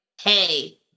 hey